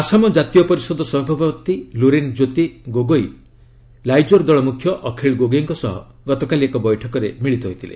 ଆସାମ ଜାତୀୟ ପରିଷଦ ସଭାପତି ଲୁରିନ୍ କ୍ୟୋତି ଗୋଗୋଇ ଲାଇଜୋର ଦଳ ମୁଖ୍ୟ ଅଖିଳ ଗୋଗୋଇଙ୍କ ସହ ଗତକାଲି ଏକ ବୈଠକରେ ମିଳିତ ହୋଇଥିଲେ